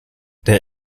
der